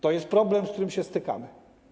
To jest problem, z którym się stykamy.